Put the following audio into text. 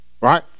right